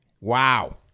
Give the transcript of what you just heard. Wow